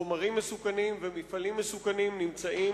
חומרים מסוכנים ומפעלים מסוכנים נמצאים